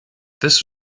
this